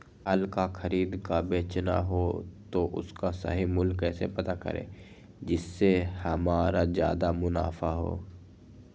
फल का खरीद का बेचना हो तो उसका सही मूल्य कैसे पता करें जिससे हमारा ज्याद मुनाफा हो?